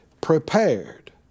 prepared